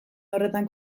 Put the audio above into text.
horretan